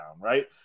right